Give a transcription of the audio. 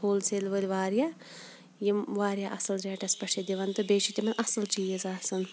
ہول sale وٲلۍ واریاہ یِم واریاہ اَصٕل ریٹَس پٮ۪ٹھ چھِ دِوان تہٕ بیٚیہِ تِمَن اَصٕل چیٖز آسان